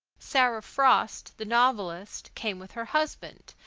sarah frost, the novelist, came with her husband,